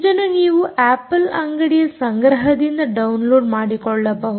ಅದನ್ನು ನೀವು ಆಪಲ್ ಅಂಗಡಿಯ ಸಂಗ್ರಹದಿಂದ ಡೌನ್ಲೋಡ್ಮಾಡಿಕೊಳ್ಳಬಹುದು